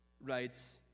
writes